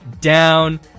down